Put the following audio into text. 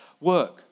work